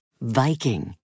Viking